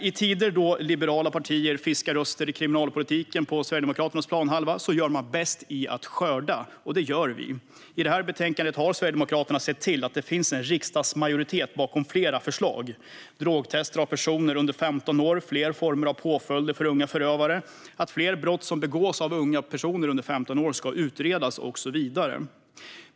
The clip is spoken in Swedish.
I tider då liberala partier fiskar röster på Sverigedemokraternas planhalva inom kriminalpolitiken gör man bäst i att skörda, och det gör vi. I det här betänkandet har Sverigedemokraterna sett till att det finns en riksdagsmajoritet bakom flera förslag. Det gäller drogtester av personer under 15 år, fler former av påföljder för unga förövare, att fler brott som begås av personer under 15 år ska utredas och så vidare.